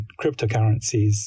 cryptocurrencies